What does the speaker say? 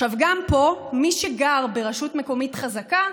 עכשיו גם פה, מי שגר ברשות מקומית חזקה,